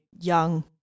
young